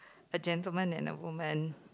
a gentleman and woman